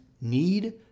need